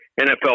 NFL